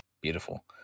Beautiful